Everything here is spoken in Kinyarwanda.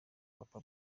papa